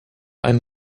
einen